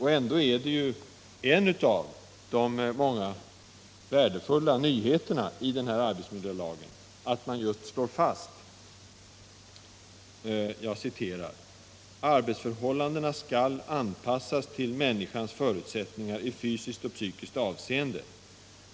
Ändå är ju en av de många värdefulla nyheterna i arbetsmiljölagen att man just slår fast följande: ”Arbetsförhållandena skall anpassas till människans förutsättningar i fysiskt och psykiskt avseende.